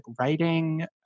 writing